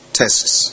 tests